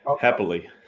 happily